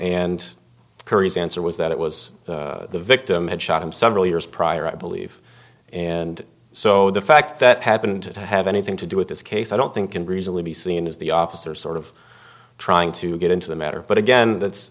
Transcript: and curry's answer was that it was the victim had shot him several years prior i believe and so the fact that happened to have anything to do with this case i don't think and reason would be seen as the officer sort of trying to get into the matter but again that's